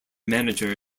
manager